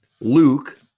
Luke